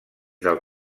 del